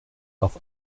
auf